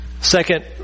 Second